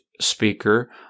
speaker